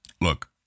Look